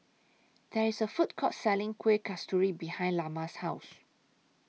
There IS A Food Court Selling Kueh Kasturi behind Lamar's House